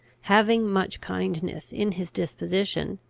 having much kindness in his disposition,